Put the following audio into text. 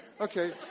Okay